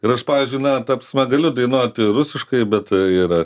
ir aš pavyzdžiui na ta prasme galiu dainuoti rusiškai bet ir